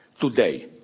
today